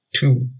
two